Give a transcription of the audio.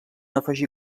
afegir